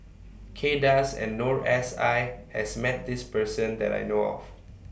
Kay Das and Noor S I has Met This Person that I know of